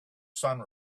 sun